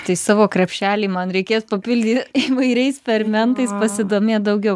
tai savo krepšelį man reikės papildy įvairiais fermentais pasidomėt daugiau